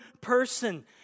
person